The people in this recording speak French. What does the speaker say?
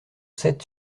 sept